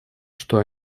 что